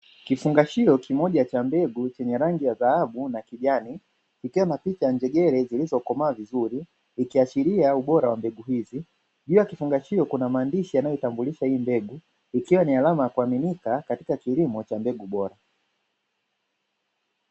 Kifungashio kimoja cha mbegu chenye rangi ya dhahabu na kijani, ikiwa na picha ya njegere zilizokomaa vizuri, ikiashiria ubora wa mbegu hizi. Juu ya kifungashio kuna maandishi yanayoitambulisha hii mbegu, ikiwa ni alama ya kuaminika katika kilimo cha mbegu bora.